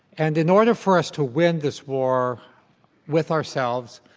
and in order for us to win this war with ourselves,